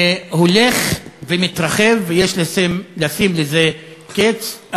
הולך ומתרחב, ויש לשים לזה קץ.